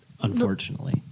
unfortunately